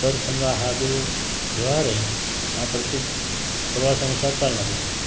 तर समजा हा जो व्यवहार आहे हा प्रत्येक प्रवासानुसार चालणारच आहे